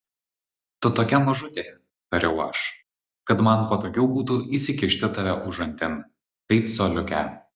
tu tokia mažutė tariau aš kad man patogiau būtų įsikišti tave užantin kaip coliukę